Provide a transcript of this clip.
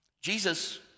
Jesus